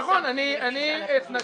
אתה צודק, אני אתנגד.